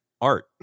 art